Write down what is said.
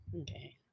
Okay